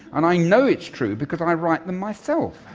and i know it's true because i write them myself